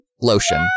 lotion